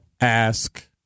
ask